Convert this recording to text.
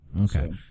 Okay